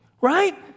Right